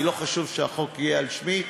כי לא חשוב שהחוק יהיה על שמי,